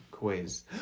Quiz